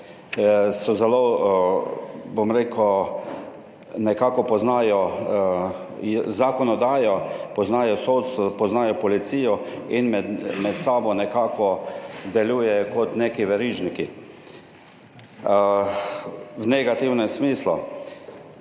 so zelo, bom rekel, nekako poznajo zakonodajo, poznajo sodstvo, poznajo policijo in med sabo nekako delujejo kot neki verižniki v negativnem smislu.